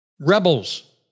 rebels